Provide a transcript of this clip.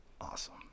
Awesome